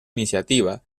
iniciativa